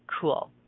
Cool